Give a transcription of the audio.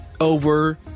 over